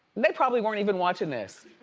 they probably weren't even watching this.